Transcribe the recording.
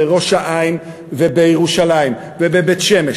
בראש-העין ובירושלים ובבית-שמש.